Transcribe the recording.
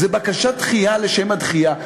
זאת בקשת דחייה לשם הדחייה.